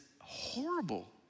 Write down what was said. horrible